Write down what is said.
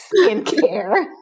skincare